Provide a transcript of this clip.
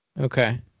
Okay